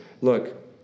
look